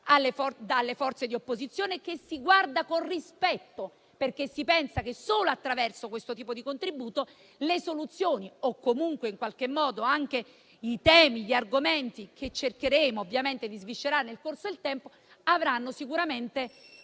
dalle forze di opposizione, che si guarda con rispetto, perché si pensa che solo attraverso questo tipo di contributo le soluzioni, o comunque anche i temi e gli argomenti che cercheremo di sviscerare nel corso del tempo, avranno sicuramente